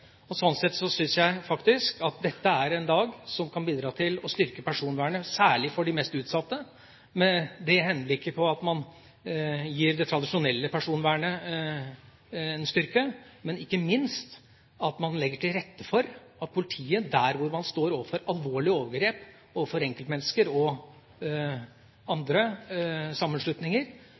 i. Sånn sett syns jeg at dette er en dag som kan bidra til å styrke personvernet, særlig for de mest utsatte, med henblikk på at man gir det tradisjonelle personvernet en styrke, men ikke minst at man legger til rette for at politiet der man står overfor alvorlige overgrep overfor enkeltmennesker og sammenslutninger,